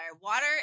Water